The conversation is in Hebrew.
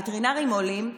הווטרינרים עולים,